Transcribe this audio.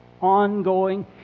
ongoing